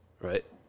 Right